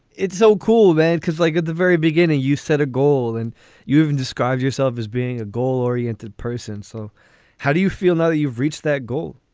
it's so cool that because like at the very beginning, you set a goal and you have described yourself as being a goal oriented person. so how do you feel now that you've reached that goal?